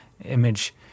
image